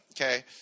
okay